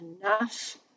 enough